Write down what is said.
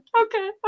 okay